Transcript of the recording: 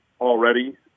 already